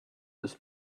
this